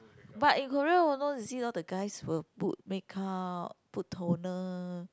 but in Korea will not to see out the guys will put makeup put toner